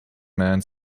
man